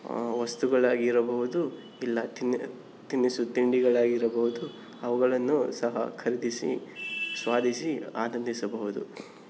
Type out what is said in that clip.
ವಸ್ತುಗಳಾಗಿರಬಹುದು ಇಲ್ಲ ತಿನ್ನ ತಿನಿಸು ತಿಂಡಿಗಳಾಗಿರಬಹುದು ಅವುಗಳನ್ನು ಸಹ ಖರೀದಿಸಿ ಸ್ವಾದಿಸಿ ಆನಂದಿಸಬಹುದು